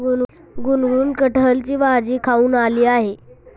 गुनगुन कठहलची भाजी खाऊन आली आहे